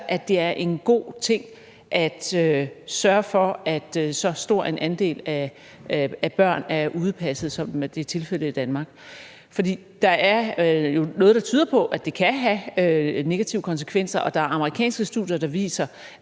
at det er en god ting at sørge for, at så stor en andel af børn bliver passet ude, sådan som det er tilfældet i Danmark? For der er jo noget, der tyder på, at det kan have negative konsekvenser, og der er amerikanske studier, der viser,